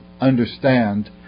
understand